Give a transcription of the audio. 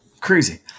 crazy